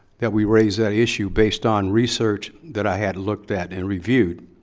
that we raised that issue based on research that i had looked at and reviewed.